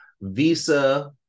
Visa